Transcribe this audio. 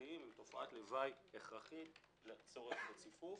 הכרחיים לצורך בציפוף.